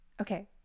Okay